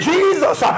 Jesus